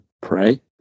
pray